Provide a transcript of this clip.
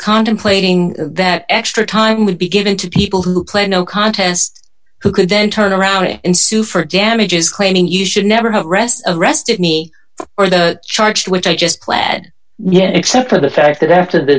contemplating that extra time would be given to people who claim no contest who could then turn around and sue for damages claiming you should never have rest of arrested me or the charge which i just pled yet except for the fact that after the